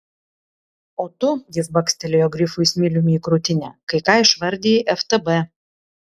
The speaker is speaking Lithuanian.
o tu jis bakstelėjo grifui smiliumi į krūtinę kai ką išvardijai ftb